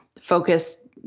focus